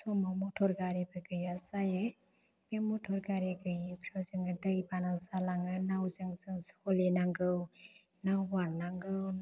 समाव मटर गारिबो गैया जायो बे मटर गारि गोयिफ्राव जोङो दैबाना जालाङो नावजों जों सलिनांगौ नाव बारनांगौ